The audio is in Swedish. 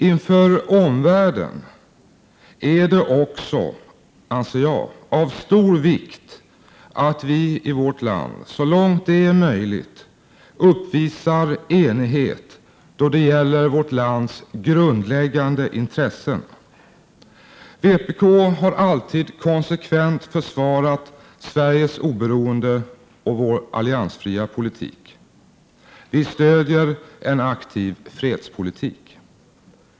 Inför omvärlden är det också av stor vikt att vi i vårt land så långt det är möjligt uppvisar enighet då det gäller vårt lands grundläggande intressen. Vpk har alltid konsekvent försvarat Sveriges oberoende och vår alliansfria politik. Vi stöder en aktiv fredspolitik.